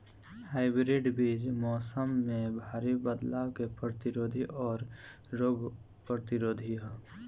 hybrid बीज मौसम में भारी बदलाव के प्रतिरोधी और रोग प्रतिरोधी ह